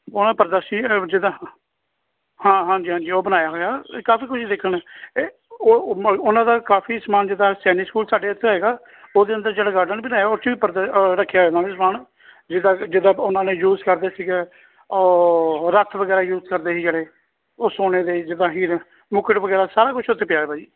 ਜਿੱਦਾ ਹਾਂ ਹਾਂਜੀ ਹਾਂਜੀ ਉਹ ਬਣਾਇਆ ਹੋਇਆ ਇਹ ਕਾਫ਼ੀ ਕੁਝ ਦੇਖਣ ਨੂੰ ਏ ਉਹ ਮਤਲਵ ਉਨਾਂ ਦਾ ਕਾਫ਼ੀ ਸਮਾਨ ਜਿੱਦਾਂ ਸੈਨਿਕ ਸਕੂਲ ਸਾਡੇ ਉੱਥੇ ਹੋਵੇਗਾ ਉਹਦੇ ਅੰਦਰ ਜਿਹੜਾ ਗਾਰਡਨ ਬਣਾਇਆ ਉੱਥੇ ਵੀ ਪਰ ਰੱਖਿਆ ਹੋਇਆ ਉਹਨਾਂ ਨੇ ਸਮਾਨ ਜਿੱਦਾਂ ਜਿੱਦਾਂ ਉਹਨਾਂ ਨੇ ਯੂਜ ਕਰਦੇ ਸੀਗੇ ਰੱਥ ਵਗੈਰਾ ਯੂਜ ਕਰਦੇ ਸੀ ਜਿਹੜੇ ਉਹ ਸੋਨੇ ਦੇ ਜਿੱਦਾਂ ਹੀਰ ਮੁਕਟ ਵਗੈਰਾ ਸਾਰਾ ਕੁਝ ਉੱਥੇ ਪਿਆ ਹੈ ਭਾਅ ਜੀ